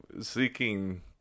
seeking